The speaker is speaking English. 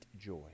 joy